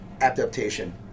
adaptation